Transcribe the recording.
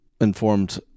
informed